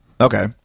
Okay